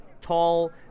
tall